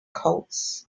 cults